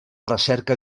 recerca